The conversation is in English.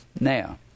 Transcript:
now